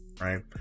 right